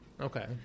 Okay